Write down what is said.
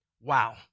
Wow